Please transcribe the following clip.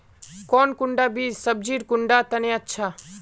कौन कुंडा बीस सब्जिर कुंडा तने अच्छा?